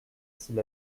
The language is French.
s’il